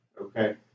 okay